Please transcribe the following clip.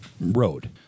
road